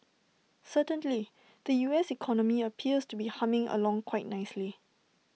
certainly the U S economy appears to be humming along quite nicely